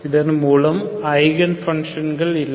இதன்மூலம் icon function இல்லை